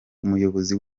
umuyobozi